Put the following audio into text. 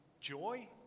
joy